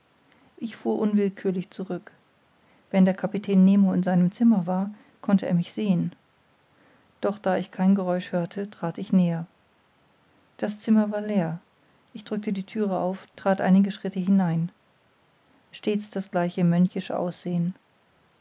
ich fuhr unwillkürlich zurück wenn der kapitän nemo in seinem zimmer war konnte er mich sehen doch da ich kein geräusch hörte trat ich näher das zimmer war leer ich drückte die thüre auf that einige schritte hinein stets das gleiche mönchische aussehen